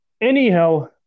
Anyhow